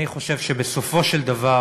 אני חושב שבסופו של דבר